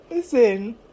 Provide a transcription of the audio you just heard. Listen